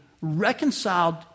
reconciled